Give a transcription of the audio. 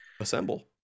Assemble